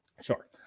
Sure